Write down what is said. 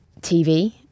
TV